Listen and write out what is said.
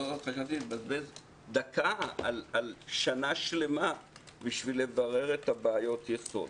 לא חשבתי לבזבז דקה על שנה שלמה בשביל לברר את בעיות היסוד.